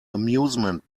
amusement